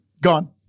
Gone